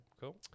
Cool